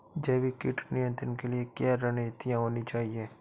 जैविक कीट नियंत्रण के लिए क्या रणनीतियां होनी चाहिए?